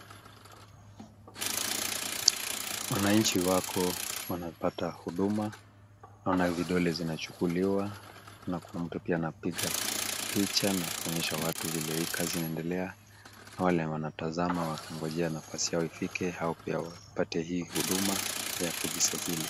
Wananchi wako wanapata huduma ,naona vidole zinachukuliwa nakuna mtu pia anapiga picha na kuonyesha watu vile hii kazi inaendelea .wale wanatazama wakingojea nafasi yao ifike wao pia wapate hii huduma ya kijisajiri.